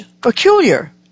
peculiar